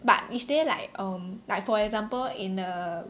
but is there like um like for example in a